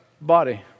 body